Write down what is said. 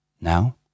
Now